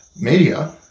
media